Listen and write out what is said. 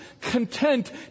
content